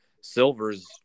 silvers